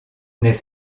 n’est